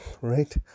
right